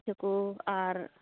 ᱯᱤᱴᱷᱟ ᱠᱚ ᱟᱨ